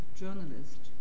journalist